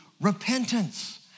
repentance